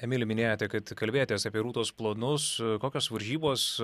emili minėjote kad kalbėjotės apie rūtos planus kokios varžybos